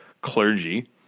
clergy